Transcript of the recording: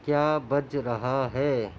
کیا بج رہا ہے